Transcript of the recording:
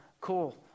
Cool